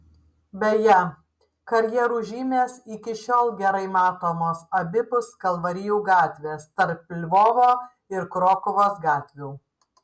beje karjerų žymės iki šiol gerai matomos abipus kalvarijų gatvės tarp lvovo ir krokuvos gatvių